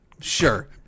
sure